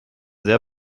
sehr